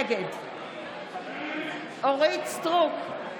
נגד אורית מלכה סטרוק,